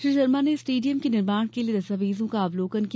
श्री शर्मा ने स्टेडियम के निर्माण के लिए दस्तावेजों का अवलोकन किया